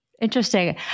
Interesting